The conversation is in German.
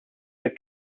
der